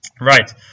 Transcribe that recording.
Right